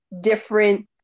different